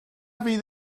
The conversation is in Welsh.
fydd